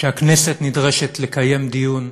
נדרשת לקיים דיון